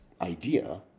idea